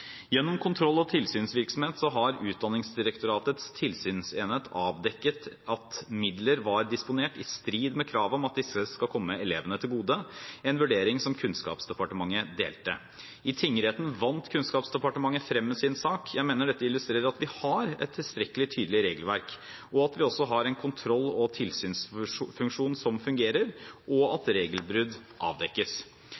Gjennom kontroll- og tilsynsvirksomhet har Utdanningsdirektoratets tilsynsenhet avdekket at midler var disponert i strid med kravet om at disse skal komme elevene til gode – en vurdering som Kunnskapsdepartementet delte. I tingretten vant Kunnskapsdepartementet frem med sin sak. Jeg mener dette illustrerer at vi har et tilstrekkelig tydelig regelverk, at vi har en kontroll- og tilsynsfunksjon som fungerer, og at